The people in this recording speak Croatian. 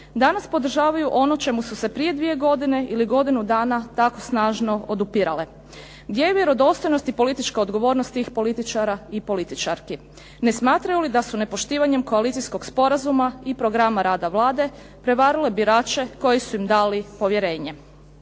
danas podražavaju ono čemu su se prije dvije godine ili godinu dana tako snažno odupirale. Gdje je vjerodostojnost i politička odgovornost tih političara i političarki? Ne smatraju li da su nepoštivanjem koalicijskog sporazuma i programa rada Vlade prevarile birače koji su im dali povjerenje?